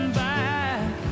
back